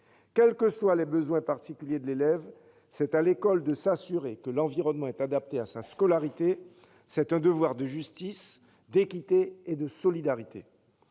Quels que soient les besoins particuliers de l'élève, c'est à l'école de s'assurer que l'environnement est adapté à sa scolarité. C'est un devoir de justice, d'équité et de solidarité.